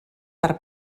per